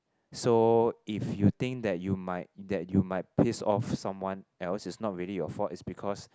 so if you think that you might that you might piss off someone else is not really your faults is because